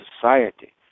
society